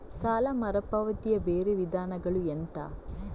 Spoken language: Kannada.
ಸಾಲ ಮರುಪಾವತಿಯ ಬೇರೆ ವಿಧಾನಗಳು ಎಂತ?